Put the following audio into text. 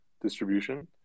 distribution